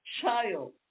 child